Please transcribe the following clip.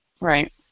right